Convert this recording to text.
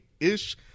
Ish